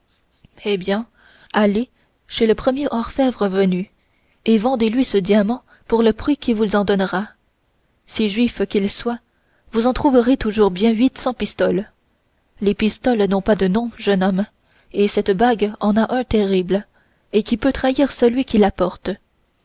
eh bien allez chez le premier orfèvre venu et vendez lui ce diamant pour le prix qu'il vous en donnera si juif qu'il soit vous en trouverez toujours bien huit cents pistoles les pistoles n'ont pas de nom jeune homme et cette bague en a un terrible ce qui peut trahir celui qui la porte